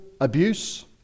abuse